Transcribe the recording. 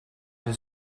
his